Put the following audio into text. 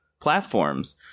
platforms